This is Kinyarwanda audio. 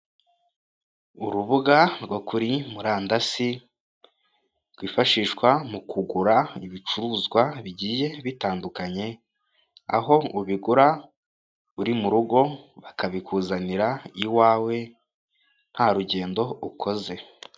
Urubuga rwo kuri murandasi, rwifashishwa mu kugura ibicuruzwa bigiye bitandukanye. Aho ubigura uri mu rugo bakabikuzanira iwawe nta rugendo ukoze.